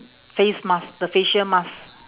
face mask the facial mask